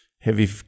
heavy